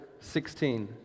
16